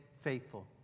faithful